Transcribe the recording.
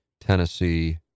Tennessee